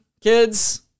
kids